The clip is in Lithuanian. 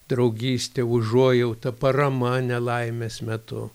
draugystė užuojauta parama nelaimės metu